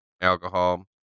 alcohol